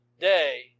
day